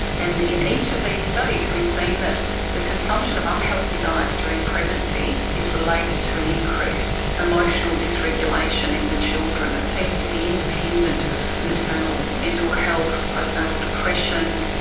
and in each of these studies we've seen that the consumption of unhealthy diets during pregnancy is related to an increased emotional dysregulation in the children that seems to be independent of maternal mental health, postnatal depression.